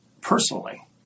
personally